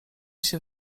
się